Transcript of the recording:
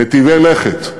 מיטיבי לכת,